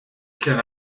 can